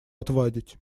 отвадить